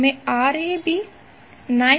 તમે Rab 9